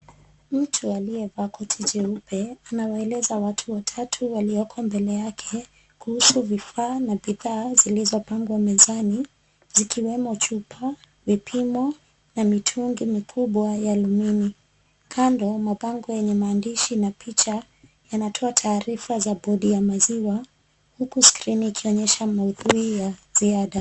Mtu aliyevaa koti jeupe anawaeleza watu watatu walioko mbele yake kuhusu vifaa na bidhaa zilizopangwa mezani zikiwemo chupa, vipimo na mitungi mikubwa ya alumini . Kando, mabango yenye maandishi na picha yanatoa taarifa za bodi ya maziwa huku skrini ikionyesha maudhui ya ziada.